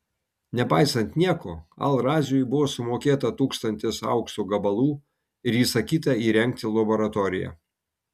nepaisant nieko al raziui buvo sumokėta tūkstantis aukso gabalų ir įsakyta įrengti laboratoriją